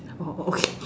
oh okay